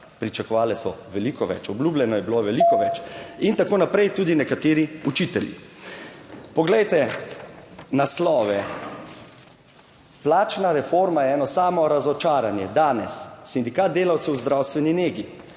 Pričakovale so veliko več, obljubljeno je bilo veliko več in tako naprej, tudi nekateri učitelji. Poglejte naslove. Plačna reforma je eno samo razočaranje. danes. Sindikat delavcev v zdravstveni negi